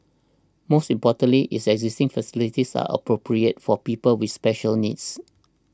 most importantly its existing facilities are appropriate for people with special needs